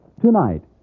Tonight